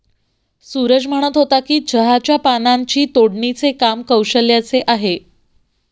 सूरज म्हणत होता की चहाच्या पानांची तोडणीचे काम कौशल्याचे आहे